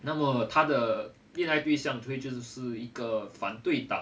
那么他的恋爱对象就是会就是一个反对党